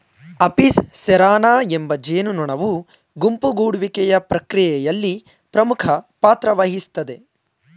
Apis cerana ಎಂಬ ಜೇನುನೊಣವು ಗುಂಪು ಗೂಡುವಿಕೆಯ ಪ್ರಕ್ರಿಯೆಯಲ್ಲಿ ಪ್ರಮುಖ ಪಾತ್ರವಹಿಸ್ತದೆ